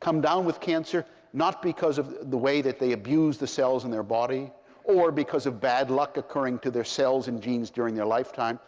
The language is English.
come down with cancer not because of the way that they abuse the cells in their body or because of bad luck occurring to their cells and genes during their lifetime,